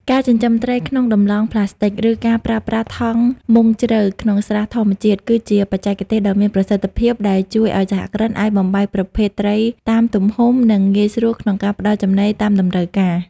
ការចិញ្ចឹមត្រីក្នុងតម្លង់ប្លាស្ទិក ឬការប្រើប្រាស់ថង់មុងជ្រៅក្នុងស្រះធម្មជាតិ គឺជាបច្ចេកទេសដ៏មានប្រសិទ្ធភាពដែលជួយឱ្យសហគ្រិនអាចបំបែកប្រភេទត្រីតាមទំហំ និងងាយស្រួលក្នុងការផ្ដល់ចំណីតាមតម្រូវការ។